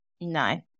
No